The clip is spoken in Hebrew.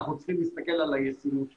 אנחנו צריכים להסתכל על הישימות שלה.